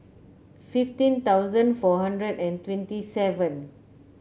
fifteen thousand four hundred and twenty seven